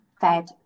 fed